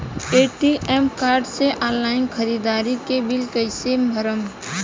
ATM card से online ख़रीदारी के बिल कईसे भरेम?